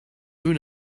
moon